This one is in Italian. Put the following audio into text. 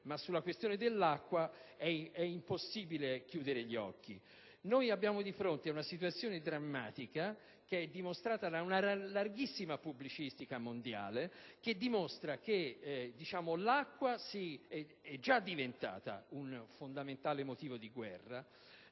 ma sulla questione dell'acqua è impossibile chiudere gli occhi. Noi abbiamo di fronte una situazione drammatica. Come è dimostrato da una vastissima pubblicistica mondiale, l'acqua è già diventata un fondamentale motivo di guerra.